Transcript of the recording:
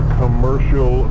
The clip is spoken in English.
commercial